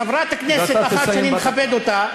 חברת הכנסת אחת שאני מכבד אותה,